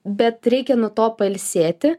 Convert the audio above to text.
bet reikia nuo to pailsėti